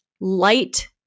light